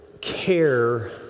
care